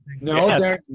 no